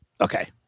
Okay